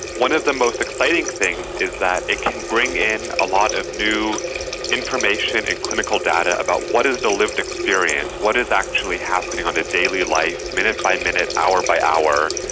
one of the most exciting things is that it can bring in a lot of new information and clinical data about what is the lived experience, what is actually happening on a daily life, minute by minute, hour by hour,